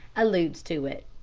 alludes to it.